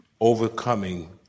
Overcoming